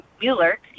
Mueller